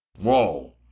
Whoa